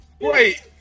wait